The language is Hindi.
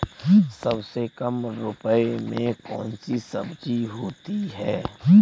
सबसे कम रुपये में कौन सी सब्जी होती है?